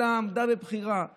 אלא היא עמדה לבחירה,